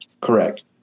Correct